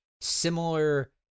similar